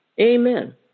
Amen